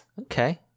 okay